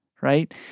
right